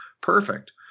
perfect